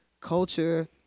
culture